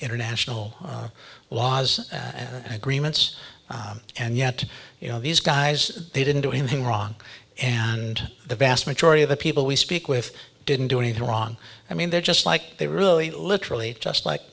international laws and agreements and yet you know these guys they didn't do anything wrong and the vast majority of the people we speak with didn't do anything wrong i mean they're just like they really literally just like